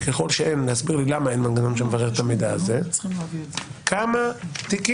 וככל שאין להסביר לי למה אין מנגנון שמברר את המידע הזה כמה תיקים,